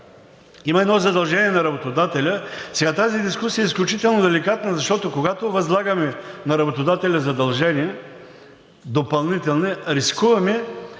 има едно задължение на работодателя... Сега, тази дискусия е изключително деликатна, защото, когато възлагаме на работодателя допълнителни задължения, рискуваме